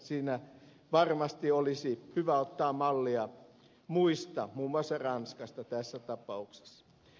siinä varmasti olisi hyvä ottaa mallia muista muun muassa ranskasta tässä tapauksessa